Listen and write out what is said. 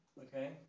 okay